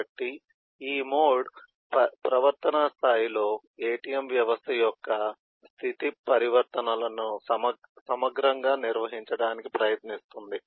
కాబట్టి ఈ మోడ్ ప్రవర్తనా స్థాయిలో ATM వ్యవస్థ యొక్క స్థితి పరివర్తనలను సమగ్రంగా నిర్వచించడానికి ప్రయత్నిస్తుంది